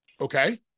Okay